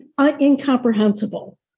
incomprehensible